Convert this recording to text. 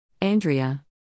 Andrea